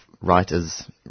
writers